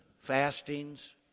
fastings